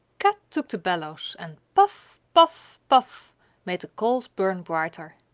kat took the bellows and puff, puff, puff made the coals burn brighter.